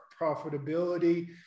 profitability